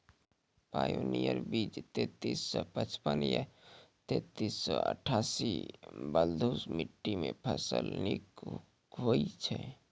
Pioneer बीज तेंतीस सौ पचपन या तेंतीस सौ अट्ठासी बलधुस मिट्टी मे फसल निक होई छै?